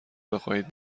بخواهید